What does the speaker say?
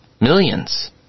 millions